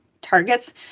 targets